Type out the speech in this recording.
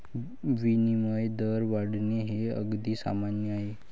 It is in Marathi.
विनिमय दर वाढणे हे अगदी सामान्य आहे